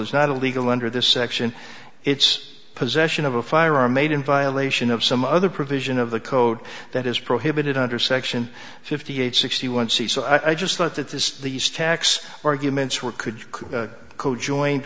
is not illegal under this section it's possession of a firearm made in violation of some other provision of the code that is prohibited under section fifty eight sixty one c so i just thought that this these tax arguments were could co joined